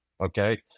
Okay